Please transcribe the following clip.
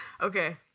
Okay